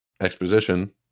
exposition